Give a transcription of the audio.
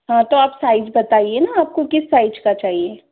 हाँ तो आप साइज का बताइए न आपको किस साइज का चाहिए